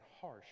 harsh